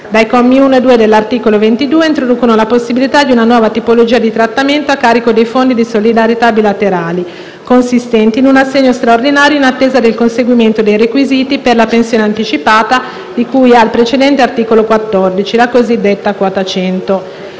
I commi 1 e 2 dell'articolo 22 introducono la possibilità di una nuova tipologia di trattamento a carico dei fondi di solidarietà bilaterali, consistente in un assegno straordinario in attesa del conseguimento dei requisiti per la pensione anticipata di cui al precedente articolo 14 (la cosiddetta quota 100).